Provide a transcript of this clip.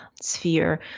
sphere